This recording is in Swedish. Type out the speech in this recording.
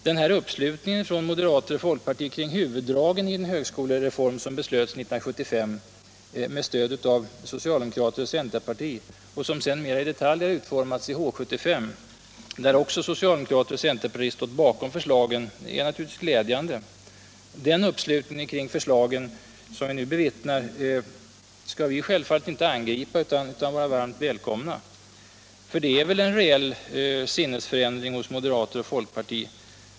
Den här uppslutningen från moderater och folkparti kring huvuddragen i den högskolereform som beslöts 1975 med stöd av socialdemokrater och centerparti och som sedan mera i detalj utformats i H 75, där också socialdemokrater och centerparti stått bakom förslagen, är naturligtvis glädjande. Den uppslutning kring förslagen som vi nu bevittnar skall vi socialdemokrater självfallet inte angripa utan varmt välkomna. För det är väl en reell sinnesförändring hos moderater och folkparti?